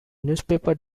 newspaper